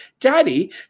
Daddy